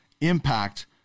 impact